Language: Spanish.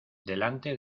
delante